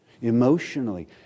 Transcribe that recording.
Emotionally